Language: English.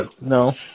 no